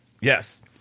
Yes